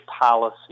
policy